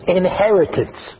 inheritance